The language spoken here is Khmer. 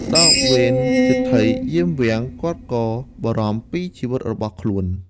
ដល់វេនសេដ្ឋីយាមវាំង គាត់ក៏បារម្ភពីជីវិតរបស់ខ្លួន។